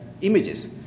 images